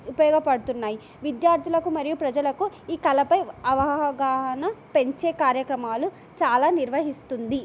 ఉపయోగపడుతున్నాయి విద్యార్థులకు మరియు ప్రజలకు ఈ కలపై అవగాహన పెంచే కార్యక్రమాలు చాలా నిర్వహిస్తుంది